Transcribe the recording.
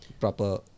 proper